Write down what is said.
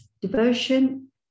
Devotion